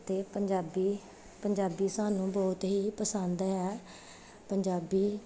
ਅਤੇ ਪੰਜਾਬੀ ਪੰਜਾਬੀ ਸਾਨੂੰ ਬਹੁਤ ਹੀ ਪਸੰਦ ਹੈ ਪੰਜਾਬੀ